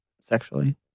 sexually